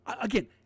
Again